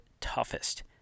toughest